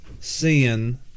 sin